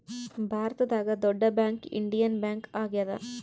ಭಾರತದಾಗ ದೊಡ್ಡ bank Indian bank ಆಗ್ಯಾದ